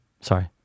Sorry